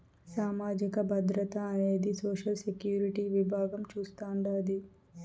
సామాజిక భద్రత అనేది సోషల్ సెక్యూరిటీ విభాగం చూస్తాండాది